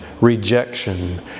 rejection